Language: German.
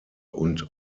und